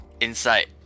Inside